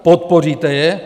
Podpoříte je?